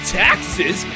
taxes